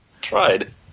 Tried